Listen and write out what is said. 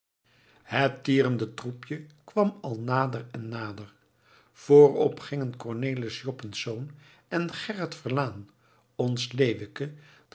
het tierende troepje kwam al nader en nader voorop gingen cornelis joppensz en gerrit verlaen ons leeuwke